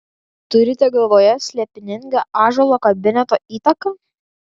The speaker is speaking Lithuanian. turite galvoje slėpiningą ąžuolo kabineto įtaką